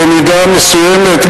במידה מסוימת,